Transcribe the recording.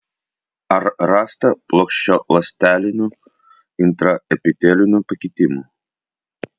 ar rasta plokščialąstelinių intraepitelinių pakitimų